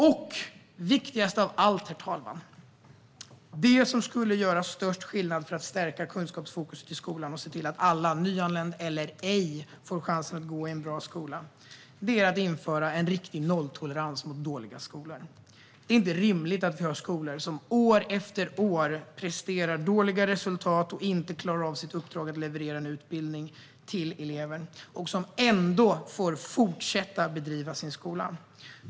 Det viktigaste av allt, herr talman, och det som skulle göra störst skillnad för att stärka kunskapsfokus i skolan samt se till att alla - nyanlända eller ej - får chansen att gå i en bra skola, är att införa en riktig nolltolerans mot dåliga skolor. Det är inte rimligt att vi har skolor som år efter år presterar dåliga resultat och inte klarar av sitt uppdrag att leverera en utbildning till eleven och ändå får fortsätta att driva sin skola.